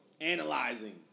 analyzing